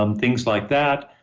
um things like that,